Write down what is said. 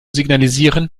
signalisieren